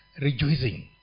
rejoicing